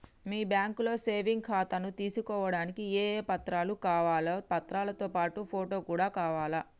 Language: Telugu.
మీ బ్యాంకులో సేవింగ్ ఖాతాను తీసుకోవడానికి ఏ ఏ పత్రాలు కావాలి పత్రాలతో పాటు ఫోటో కూడా కావాలా?